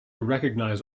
recognize